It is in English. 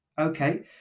Okay